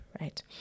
right